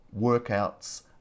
workouts